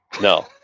No